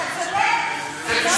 אתה צודק.